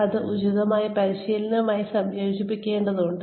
അത് ഉചിതമായ പരിശീലനവുമായി സംയോജിപ്പിക്കേണ്ടതുണ്ട്